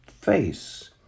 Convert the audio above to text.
face